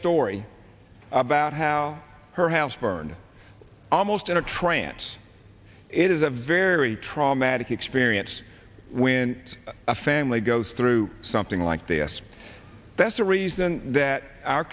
story about how her house burned almost in a trance it is a very traumatic experience when a family goes through something like this that's a reason that our